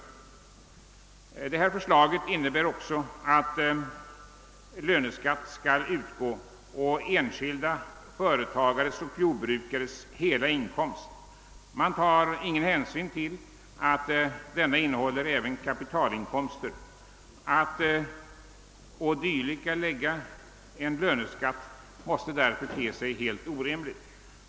Det föreliggande förslaget innebär också att löneskatt skall utgå på enskilda företagares och jordbrukares hela inkomst. Man tar ingen hänsyn till att denna även innehåller kapitalinkomster. Att på dylika lägga en löneskatt måste därför te sig helt orimligt.